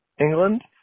England